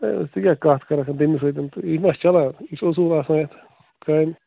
A ژٕ کیٛاہ کَتھ کَرَکھ تٔمِس سۭتۍ تہٕ یہِ ما چھِ چَلان یہِ چھُ اصوٗل آسان یَتھ کامہِ